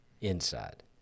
inside